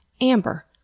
amber